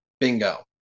Bingo